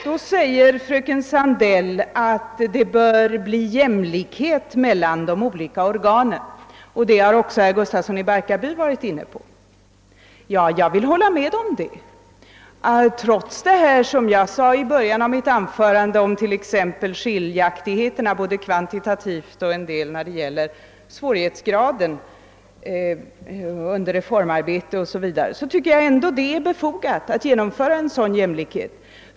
Då säger fröken Sandeil att det bör bli jämlikhet mellan de olika organen, och det har även herr Gustafsson i Barkarby varit inne på. Jag vill hålla med om detta. Trots det som jag sade i början av mitt anförande om skiljaktigheterna både kvantitativt och när det gäller svårighetsgraden under reformarbete etc. tycker jag att jämlikhet borde genomföras.